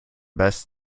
best